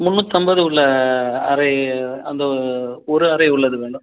முந்நூற்றைம்பது உள்ள அறை அந்த ஒரு அறை உள்ளது வேணும்